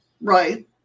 Right